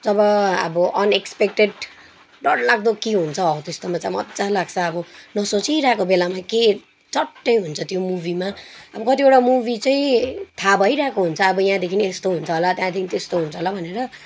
जब अब अनएस्पेक्टेड डरलाग्दो के हुन्छ हौ त्यस्तोमा चाहिँ मजा लाग्छ अब नसोचिरहेको बेलामा के झट्टै हुन्छ त्यो मुभीमा अब कतिवटा मुभी चाहिँ थाहा भइरहेको हुन्छ अब यहाँदेखि यस्तो हुन्छ होला त्यहाँदेखि त्यस्तो हुन्छ होला भनेर